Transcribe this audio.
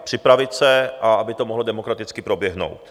Připravit se, aby to mohlo demokraticky proběhnout.